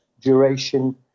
duration